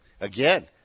Again